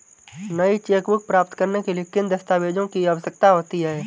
नई चेकबुक प्राप्त करने के लिए किन दस्तावेज़ों की आवश्यकता होती है?